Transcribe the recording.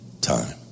time